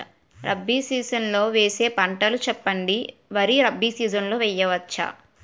Rabi season లో వేసే పంటలు చెప్పండి? వరి రబీ సీజన్ లో వేయ వచ్చా?